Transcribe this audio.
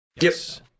Yes